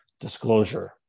disclosure